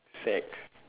sack